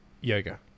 Yoga